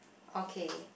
okay